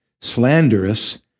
slanderous